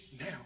now